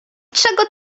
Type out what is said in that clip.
czego